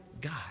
God